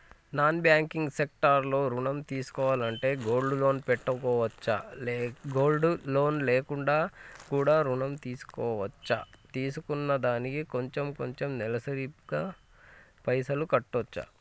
Non banking sector లో ఋణం తీసుకోవాలంటే గోల్డ్ లోన్ పెట్టుకోవచ్చా? గోల్డ్ లోన్ లేకుండా కూడా ఋణం తీసుకోవచ్చా? తీసుకున్న దానికి కొంచెం కొంచెం నెలసరి గా పైసలు కట్టొచ్చా?